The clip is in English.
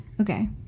Okay